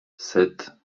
sept